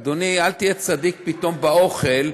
אדוני, אל תהיה צדיק פתאום באוכל.